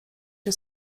się